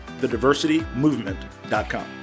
thediversitymovement.com